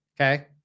Okay